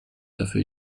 dafür